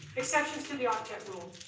extensions to the octet rule.